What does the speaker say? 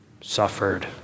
Suffered